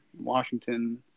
Washington